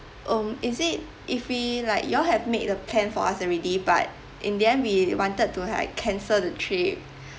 um is it if we like you all have made the plan for us already but in the end we wanted to like cancel the trip